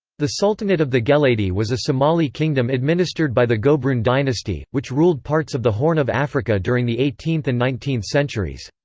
the sultanate of the geledi was a somali kingdom administered by the gobroon dynasty, which ruled parts of the horn of africa during the eighteenth and nineteenth centuries.